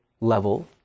level